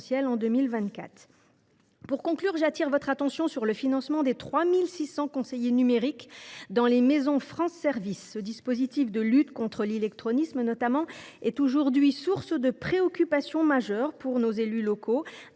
Pour conclure, j’attire votre attention sur le financement des 3 600 conseillers numériques dans les maisons France Services. Ce dispositif de lutte contre l’illectronisme est aujourd’hui une source de préoccupation majeure pour les élus locaux,